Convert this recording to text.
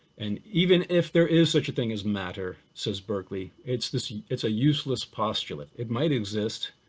and even if there is such a thing as matter, says berkeley, it's this, it's a useless postulate, it might exist,